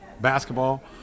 basketball